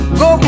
go